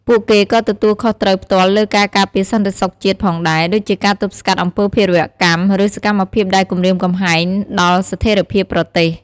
ពួកគេក៏ទទួលខុសត្រូវផ្ទាល់លើការការពារសន្តិសុខជាតិផងដែរ ដូចជាការទប់ស្កាត់អំពើភេរវកម្ម ឬសកម្មភាពដែលគំរាមកំហែងដល់ស្ថេរភាពប្រទេស។